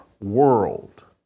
world